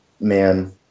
man